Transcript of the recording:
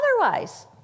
otherwise